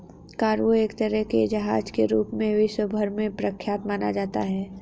cargo एक तरह के जहाज के रूप में विश्व भर में प्रख्यात माना जाता है